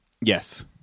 Yes